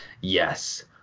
yes